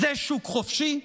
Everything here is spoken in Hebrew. זה שוק חופשי?